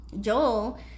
Joel